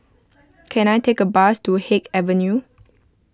can I take a bus to Haig Avenue